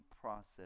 process